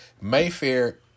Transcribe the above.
Mayfair